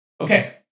Okay